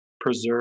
preserve